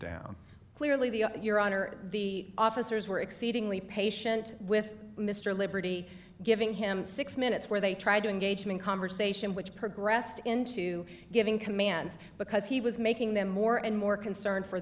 down clearly the your honor the officers were exceedingly patient with mr liberty giving him six minutes where they tried to engage him in conversation which progressed into giving commands because he was making them more and more concerned for